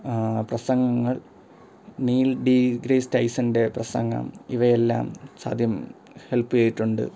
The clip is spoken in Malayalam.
പ്രസംഗങ്ങൾ നീൽ ഡിഗ്രേസ് ടൈസൻ്റെ പ്രസംഗം ഇവയെല്ലാം അസാധ്യം ഹെൽപ്പ് ചെയ്തിട്ടുണ്ട്